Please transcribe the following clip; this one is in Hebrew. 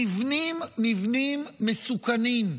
נבנים מבנים מסוכנים,